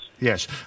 Yes